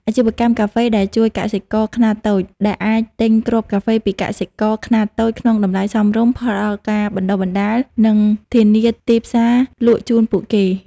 អាជីវកម្មកាហ្វេដែលជួយកសិករខ្នាតតូច ដែលអាចទិញគ្រាប់កាហ្វេពីកសិករខ្នាតតូចក្នុងតម្លៃសមរម្យ ផ្តល់ការបណ្តុះបណ្តាល និងធានាទីផ្សារលក់ជូនពួកគេ។